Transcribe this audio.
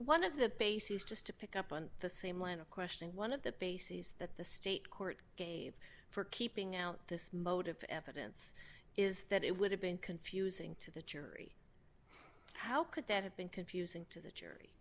one of the bases just to pick up on the same line of question one of the bases that the state court gave for keeping out this mode of evidence is that it would have been confusing to the jury how could that have been confusing to the jury